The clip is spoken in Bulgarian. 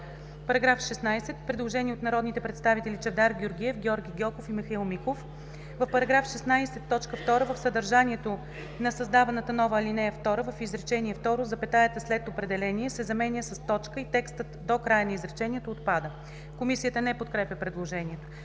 Параграф 16 – предложение от народните представители Чавдар Георгиев, Георги Гьоков и Михаил Миков: „В § 16, т. 2, в съдържанието на създаваната нова ал. 2, в изречение второ запетаята след „определение” се заменя с точка и текстът до края на изречението отпада. Комисията не подкрепя предложението.